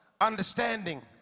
understanding